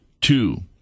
two